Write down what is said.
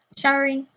showering,